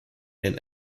and